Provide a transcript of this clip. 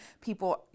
people